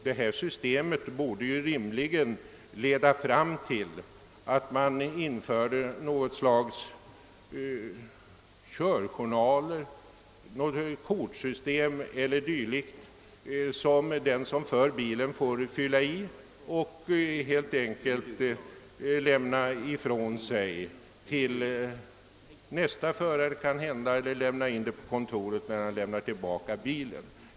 Detta system borde ju rimligen leda fram till att man införde något slags körjournaler, kortsystem eller dylikt, som den som för bilen får fylla i och helt enkelt lämna ifrån sig till nästa förare eller till kontoret då han lämnar tillbaka bilen.